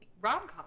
rom-com